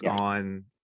on